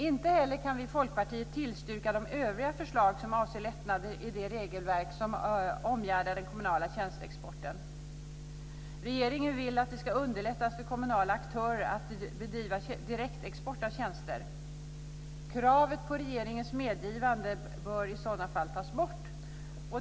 Inte heller kan vi i Folkpartiet tillstyrka de övriga förslag som avser lättnader i det regelverk som omgärdar den kommunala tjänsteexporten. Regeringen vill att det ska underlättas för kommunala aktörer att bedriva direktexport av tjänster. Kravet på regeringens medgivande bör i sådana fall tas bort.